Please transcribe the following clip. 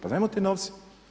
Pa dajemo te novce.